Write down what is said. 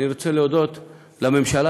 אני רוצה להודות לממשלה,